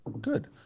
good